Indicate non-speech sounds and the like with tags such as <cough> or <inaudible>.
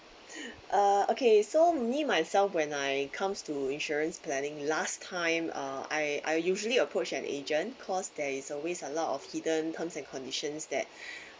uh okay so me myself when I comes to insurance planning last time uh I I usually approach an agent cause there is always a lot of hidden terms and conditions that <breath>